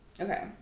Okay